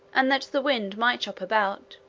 and that the wind might chop about,